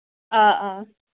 آ آ